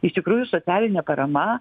iš tikrųjų socialinė parama